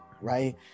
right